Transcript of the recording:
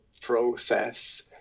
process